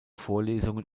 vorlesungen